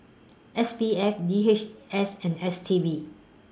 S P F D H S and S T B